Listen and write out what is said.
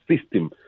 system